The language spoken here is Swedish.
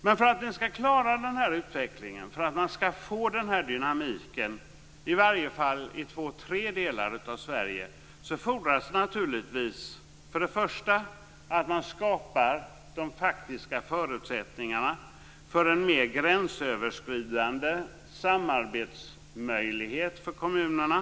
Men för att klara den här utvecklingen och få denna dynamik i varje fall i två eller tre delar av Sverige fordras det till att börja med att man skapar faktiska förutsättningar för ett mer gränsöverskridande samarbete för kommunerna.